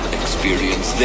experience